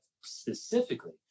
specifically